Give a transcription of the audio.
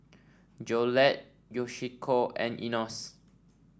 Jolette Yoshiko and Enos